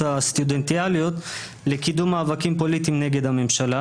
הסטודנטיאליות לקידום מאבקים פוליטיים נגד הממשלה.